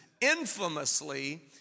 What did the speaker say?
Infamously